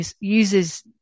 uses